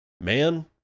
man